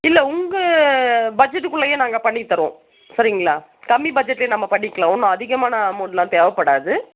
இல்லை உங்கள் பட்ஜட்டுக்குள்ளையே நாங்கள் பண்ணித் தருவோம் சரிங்களா கம்மி பட்ஜட்டில் நம்ம பண்ணிக்கலாம் ஒன்றும் அதிகமான அமௌன்ட்லாம் தேவைப்படாது